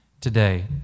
today